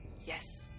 yes